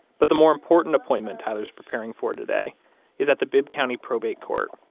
but the more important appointment tyler's preparing for today is at the bibb county probate court,